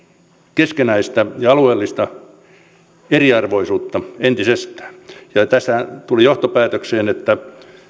keskinäistä ja alueellista eriarvoisuutta entisestään ja ja tässähän tultiin johtopäätökseen että